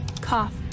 Cough